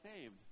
saved